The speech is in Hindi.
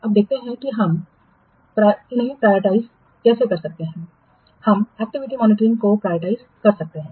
अब देखते हैं कि हम प्रायोरिटी कैसे कर सकते हैं हम एक्टिविटी मॉनिटरिंग की प्रायोरिटी कर सकते हैं